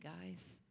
guys